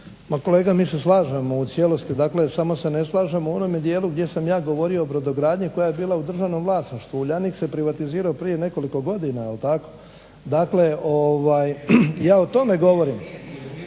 Ma kolega mi se slažemo u cijelosti dakle, samo se ne slažemo u onome dijelu gdje sam ja govorio o brodogradnji koja je bila u državnom vlasništvu. Uljanik se privatizirao prije nekoliko godina. Jel' tako? Dakle, ja o tome govorim.